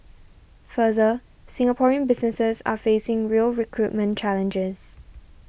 further Singaporean businesses are facing real recruitment challenges